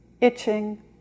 itching